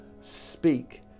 Speak